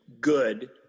good